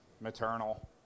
maternal